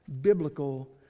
biblical